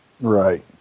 Right